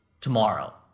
tomorrow